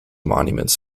monuments